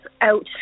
out